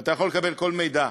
ואתה יכול לקבל כל מידע.